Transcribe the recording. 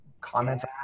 comments